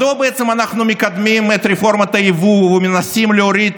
מדוע בעצם אנחנו מקדמים את רפורמת היבוא ומנסים להוריד